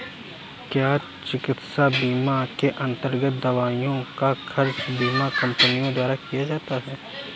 क्या चिकित्सा बीमा के अन्तर्गत दवाइयों का खर्च बीमा कंपनियों द्वारा दिया जाता है?